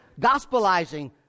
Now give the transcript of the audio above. gospelizing